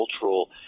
cultural